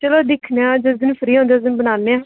चलो दिक्खने आं जिस दिन फ्री होंदे उस दिन बनाने आं